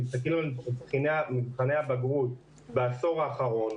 אם תסתכלו על מבחני הבגרות בעשור האחרון,